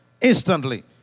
Instantly